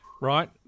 right